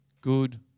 Good